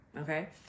okay